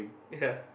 ya